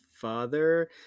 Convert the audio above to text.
father